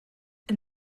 and